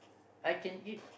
I can eat